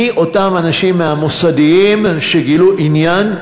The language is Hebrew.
מי אותם אנשים מהמוסדיים שגילו עניין,